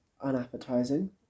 unappetizing